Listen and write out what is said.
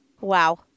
Wow